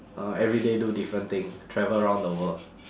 uh everyday do different thing travel around the world